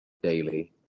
Daily